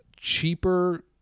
cheaper